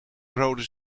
rode